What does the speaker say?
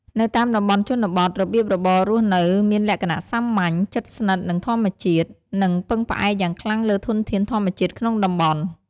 នៅតាមតំបន់ជនបទ របៀបរបបរស់នៅមានលក្ខណៈសាមញ្ញ ជិតស្និទ្ធនឹងធម្មជាតិ និងពឹងផ្អែកយ៉ាងខ្លាំងលើធនធានធម្មជាតិក្នុងតំបន់។